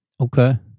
Okay